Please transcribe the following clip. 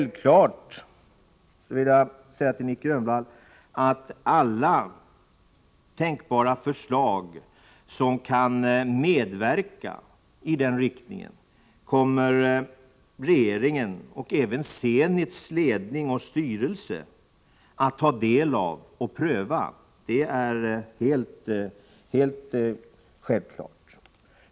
Vidare vill jag säga till Nic Grönvall att alla tänkbara förslag som kan medverka i den riktningen kommer regeringen och även Zenits ledning och styrelse att ta del av och pröva. Det är helt självklart.